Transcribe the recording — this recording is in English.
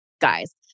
guys